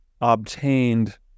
obtained